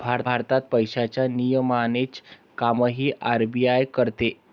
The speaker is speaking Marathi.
भारतात पैशांच्या नियमनाचे कामही आर.बी.आय करते